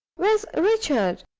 where's richard?